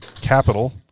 capital